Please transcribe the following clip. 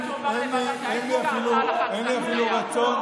התקנון קבע, התקנון קבע, אתה רוצה לסכם?